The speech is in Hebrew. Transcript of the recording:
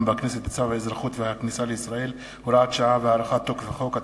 בכנסת בצו האזרחות והכניסה לישראל (הוראת שעה והארכת תוקף החוק),